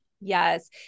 Yes